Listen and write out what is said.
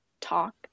talk